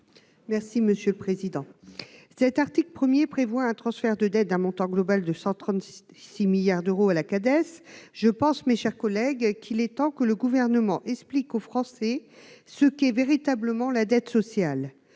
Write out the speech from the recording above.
Gréaume, sur l'article. L'article 1 prévoit un transfert de dette d'un montant global de 136 milliards d'euros à la Cades. Je pense, mes chers collègues, qu'il est temps que le Gouvernement explique aux Français ce qu'est véritablement la dette sociale.